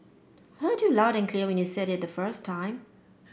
heard you loud and clear when you said it the first time